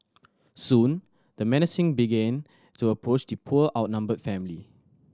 soon the menacing began to approach the poor outnumbered family